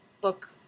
book